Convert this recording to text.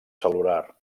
cel·lular